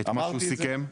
את מה שהוא סיכם.